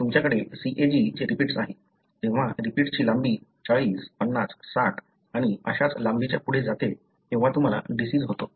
तुमच्याकडे CAG चे repeats आहे जेव्हा रिपीट्सची लांबी 40 50 60 आणि अशाच लांबीच्या पुढे जाते तेव्हा तुम्हाला डिसिज होतो